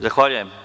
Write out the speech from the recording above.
Zahvaljujem.